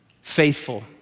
faithful